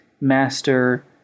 master